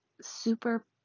super